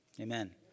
Amen